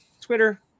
Twitter